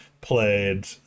played